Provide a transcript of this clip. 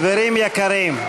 (מחיאות כפיים)